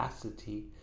capacity